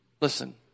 Listen